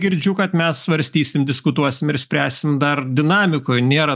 girdžiu kad mes svarstysim diskutuosim ir spręsim dar dinamikoje nėra